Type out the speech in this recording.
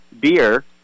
beer